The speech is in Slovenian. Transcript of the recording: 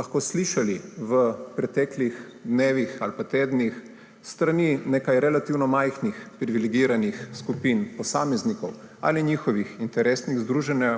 lahko slišali v preteklih dnevih ali tednih s strani nekaj relativno majhnih privilegiranih skupin posameznikov ali njihovih interesnih združenj,